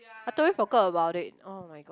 I totally forgot about it oh-my-god